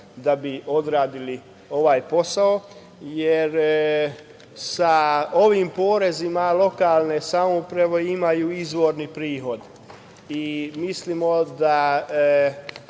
da bi odradili ovaj posao, jer sa ovim porezima lokalne samouprave imaju izvorni prihod. Mislimo da